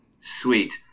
Sweet